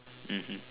mmhmm